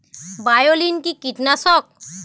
বায়োলিন কি কীটনাশক?